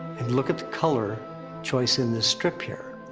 and look at the color choice in this strip here.